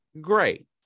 great